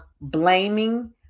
blaming